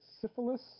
syphilis